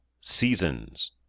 Seasons